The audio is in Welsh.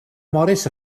morris